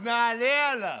נעלה עליו,